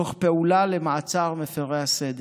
תוך פעולה למעצר מפירי הסדר.